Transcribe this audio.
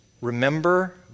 Remember